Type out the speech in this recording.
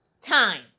Time